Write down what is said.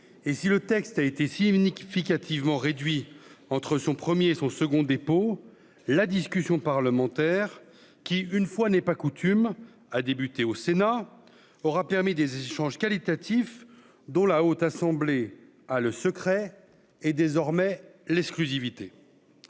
Et si le texte a été Simunic Fika hâtivement réduit entre son 1er et son second dépôt la discussion parlementaire qui, une fois n'est pas coutume a débuté au Sénat aura permis des échanges qualitatif dans la haute assemblée a le secret, et désormais l'exclusivité